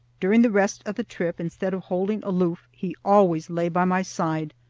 during the rest of the trip, instead of holding aloof, he always lay by my side,